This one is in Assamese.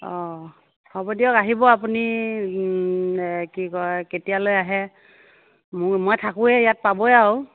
অ হ'ব দিয়ক আহিব আপুনি কি কয় কেতিয়ালৈ আহে মই থাকোঁৱেই ইয়াত পাবয়ে আৰু